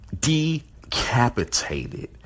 decapitated